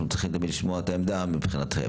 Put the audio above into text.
אנחנו צריכים גם לשמוע את העמדה מבחינתכם.